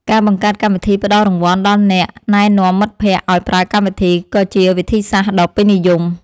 ការបង្កើតកម្មវិធីផ្តល់រង្វាន់ដល់អ្នកណែនាំមិត្តភក្តិឱ្យប្រើកម្មវិធីក៏ជាវិធីសាស្ត្រដ៏ពេញនិយម។